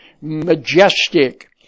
majestic